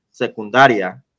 secundaria